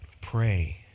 pray